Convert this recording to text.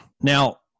Now